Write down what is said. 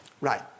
Right